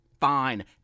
Fine